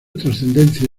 trascendencia